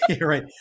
right